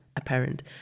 apparent